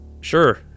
sure